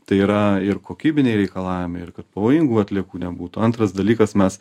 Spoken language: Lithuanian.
tai yra ir kokybiniai reikalavimai ir kad pavojingų atliekų nebūtų antras dalykas mes